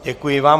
Děkuji vám.